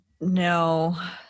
No